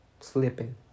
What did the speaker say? slipping